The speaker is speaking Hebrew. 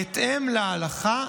בהתאם להלכה,